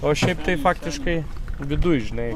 o šiaip tai faktiškai viduj žinai